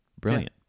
Brilliant